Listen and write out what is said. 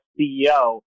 CEO